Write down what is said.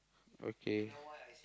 okay